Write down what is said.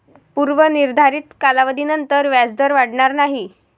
पूर्व निर्धारित कालावधीनंतर व्याजदर वाढणार नाही